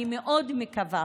אני מאוד מקווה